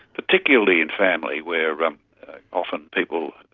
particularly in family where um often people,